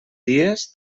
dies